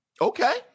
Okay